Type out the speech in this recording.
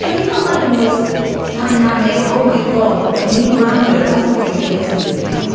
so he's not like the most dynamic. oh, my god. a mini brando. that's not what you're getting with him.